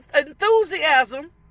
enthusiasm